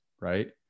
right